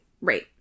right